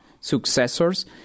successors